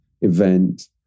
event